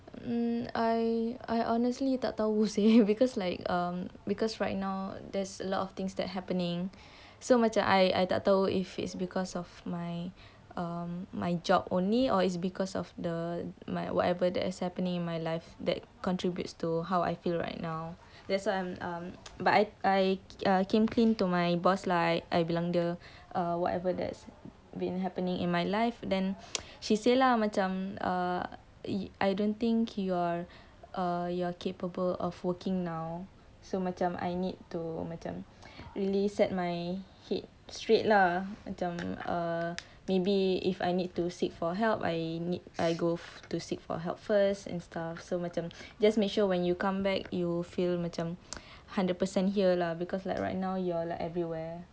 hmm I honestly tak tahu seh because like because right now that's a lot of thing that happening so macam I I tak tahu if it's because of my um my job only or is it because of my whatever that is happening in my life that contributes to how I feel right now that's why I'm um but I I came clean to my boss like I bilang dia uh whatever that's been happening in my life then she say lah macam uh I don't think you're you're capable of working now so macam I need to macam set my head straight lah uh maybe I need to seek for help I go to seek for help first and stuff just make sure when you come back you feel macam hundred percent here lah because like right now you're a like everywhere